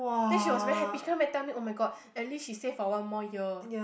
then she was very happy she come back tell me [oh]-my-god at least she stay for one more year